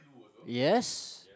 yes